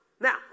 Now